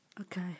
okay